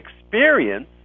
experience